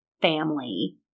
family